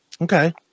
Okay